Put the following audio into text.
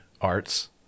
arts